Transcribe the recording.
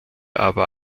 aber